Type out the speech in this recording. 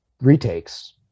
retakes